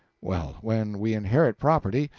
well, when we inherit property,